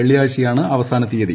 വെള്ളിയാഴ്ചയാണ് അവസാന തീയതി